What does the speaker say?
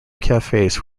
cafes